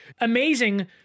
amazing